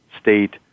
state